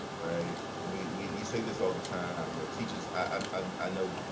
right? we we say this all the time. you know, teachers ah um i know